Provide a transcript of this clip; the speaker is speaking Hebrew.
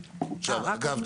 אגב,